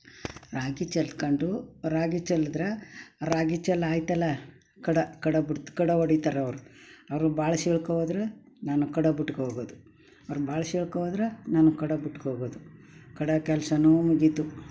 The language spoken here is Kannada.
ರಾಗಿ ಚೆಲ್ಕೊಂಡು ರಾಗಿ ಚೆಲ್ಲಿದ್ರೆ ರಾಗಿ ಚೆಲ್ಲಿ ಆಯ್ತಲ್ಲ ಕಡೆ ಕಡೆ ಬಿಡ್ತಾ ಕಡೆ ಹೊಡಿತಾರೆ ಅವರು ಅವ್ರ ಅವರು ಬಾಳೆ ಸೀಳ್ಕೊ ಹೋದ್ರೆ ನಾನು ಕಡ ಬಿಟ್ಕೊ ಹೋಗೋದು ಅವ್ರು ಬಾಳೆ ಸೀಳ್ಕೊ ಹೋದ್ರೆ ನಾನು ಕಡ ಬಿಟ್ಕೊ ಹೋಗೋದು ಕಡ ಕೆಲಸನೂ ಮುಗೀತು